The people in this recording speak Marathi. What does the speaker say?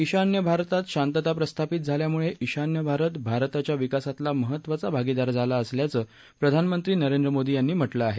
इशान्य भारतात शांतता प्रस्थापित झाल्यामुळे इशान्य भारत भारताच्या विकासातला महत्वाचा भागिदार झाला असल्याचं प्रधानमंत्री नरेंद्र मोदी यांनी म्हटलं आहे